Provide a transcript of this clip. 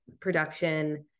production